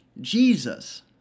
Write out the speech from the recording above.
Jesus